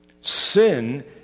sin